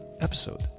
episode